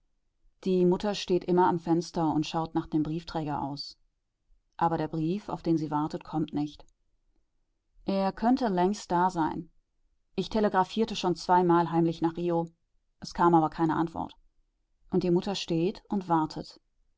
die mutter steht immer am fenster und schaut nach dem briefträger aus aber der brief auf den sie wartet kommt nicht er könnte längst da sein ich telegraphierte schon zweimal heimlich nach rio es kam aber keine antwort und die mutter steht und wartet